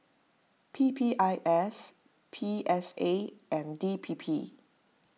P P I S P S A and D P P